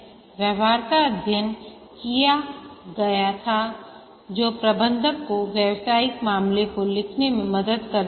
व्यवहार्यता अध्ययन किया गया था जो प्रबंधक को व्यावसायिक मामले को लिखने में मदद करता है